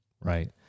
Right